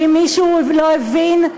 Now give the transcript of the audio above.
ואם מישהו לא הבין: